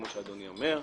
כמו שאדוני אומר,